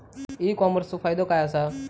E कॉमर्सचो फायदो काय असा?